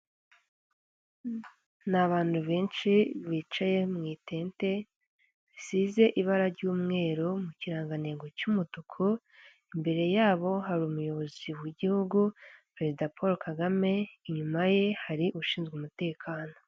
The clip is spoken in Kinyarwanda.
Ni abantu benshi bicaye mu itente risize ibara ry'umweru mu kirangantengo cy'umutuku, imbere yabo hari umuyobozi w'igihugu perezida Poro Kagame inyuma ye hari ushinzwe umutekano.